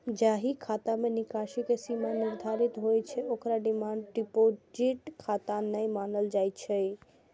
जाहि खाता मे निकासी के सीमा निर्धारित होइ छै, ओकरा डिमांड डिपोजिट खाता नै मानल जाइ छै